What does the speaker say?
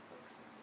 books